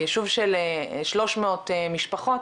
יישוב של 300 משפחות,